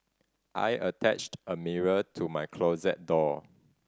I attached a mirror to my closet door